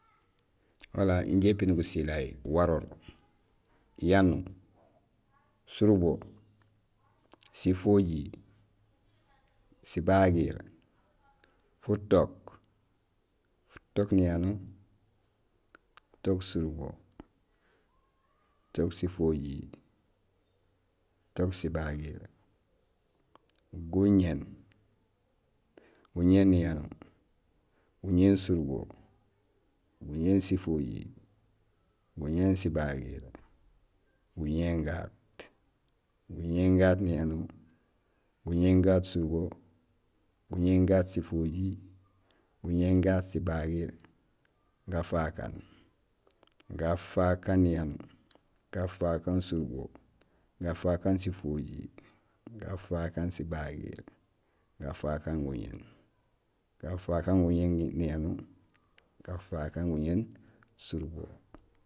Wala injé épiin gusilay: waroor, yanuur, surubo, sifojiir, sibagiir, futook, futook niyanuur, futook surubo, futook sifojiir, futook sibagiir, guñéén, guñéén niyanuur, guñéén surubo, guñéén sifojiir, guñéén sibagiir, guñéén gaat, guñéén gaat niyanuur, guñéén gaat surubo, guñéén gaat sifojiir, guñéén gaat sibagiir, gafaak aan, gafak aan niyanuur, gafaak aan surubo, gafaak aan sifojiir, gafaak aan sibagiir, gafaak aan futook, gafaak aan futook niyanuur, gafaak aan futook surubo, gafaak aan futook sifojiir, gafaak aan futook sibagiir, gafaak aan guñéén, gafaak aan guñéén niyanuur, gafaak aan guñéén surubo.